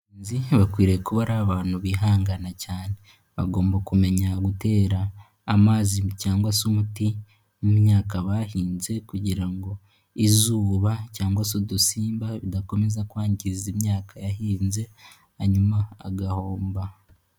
Abahinzi bakwiriye kuba ari abantu bihangana cyane bagomba kumenya gutera amazi cyangwa se umuti mu myaka bahinze kugira ngo izuba cyangwa se udusimba bidakomeza kwangiza imyaka yahinze hanyuma agahomba.